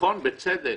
נכון, בצדק.